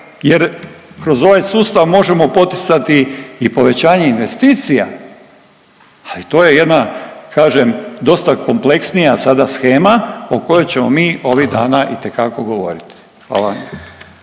jer kroz ovaj sustav možemo poticati i povećanje investicija, ali to je jedna kažem dosta kompleksnija sada shema o kojoj ćemo mi …/Upadica Reiner: Hvala./…